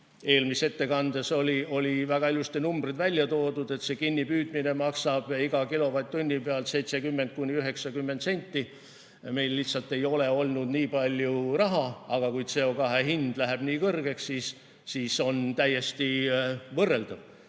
Eelmises ettekandes olid väga ilusasti numbrid välja toodud: see kinnipüüdmine maksab iga kilovatt-tunni pealt 70–90 senti. Meil lihtsalt ei ole olnud nii palju raha. Aga kui CO2hind läheb väga kõrgeks, siis on summad täiesti võrreldavad